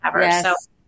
Yes